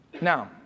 Now